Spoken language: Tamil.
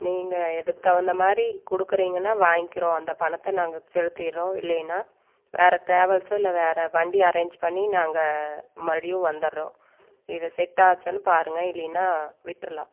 நீங்ள்க இதுக்கு தகுந்த மாதிரி கொடுக்குறிங்கன்னா வாங்கிக்கிறோம் அந்த பணத்தை நாங்கள் செலுத்திறோம் இல்லைன்னா வேறே டிராவல்ஸோ இல்லை வேறே வண்டி அரேஞ் பண்ணி நாங்கள் மறுபடியும் வந்தடுறோம் இது செட் ஆயிச்சான்னு பாருங்க இல்லைன்னா விட்டுரலாம்